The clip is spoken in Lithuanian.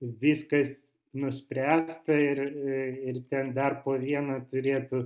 viskas nuspręsta ir ten dar po vieną turėtų